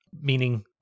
meaning